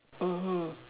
mmhmm